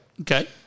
Okay